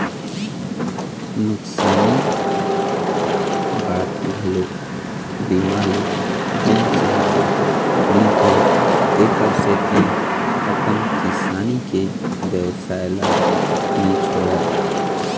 नुकसानी बाद घलोक बीमा ले जेन सहायता मिलथे तेखर सेती अपन किसानी के बेवसाय ल नी छोड़य